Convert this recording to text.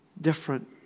different